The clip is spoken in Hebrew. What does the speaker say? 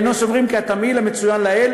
היינו סוברים כי התמהיל המצוין לעיל